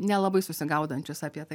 nelabai susigaudančius apie tai